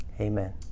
Amen